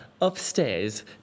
upstairs